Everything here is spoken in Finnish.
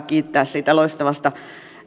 kiittää siitä loistavasta